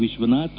Vishwanath